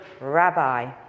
rabbi